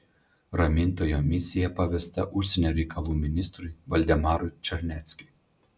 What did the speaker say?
ramintojo misija pavesta užsienio reikalų ministrui valdemarui čarneckiui